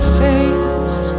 face